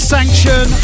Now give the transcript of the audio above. Sanction